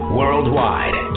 worldwide